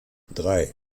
drei